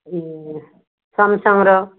ସାମ୍ସଙ୍ଗ୍ର